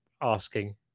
asking